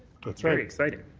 very exciting.